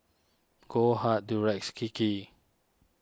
Goldheart Durex Kiki